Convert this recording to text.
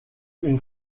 une